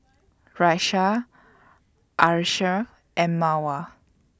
Raisya Asharaff and Mawar